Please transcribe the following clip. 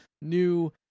new